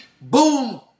Boom